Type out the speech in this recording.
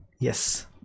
yes